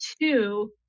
two